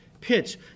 pitch